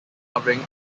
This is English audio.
covering